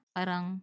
Parang